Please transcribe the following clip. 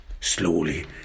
Slowly